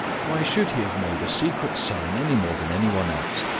why should he have made a secret sign any more than any one else?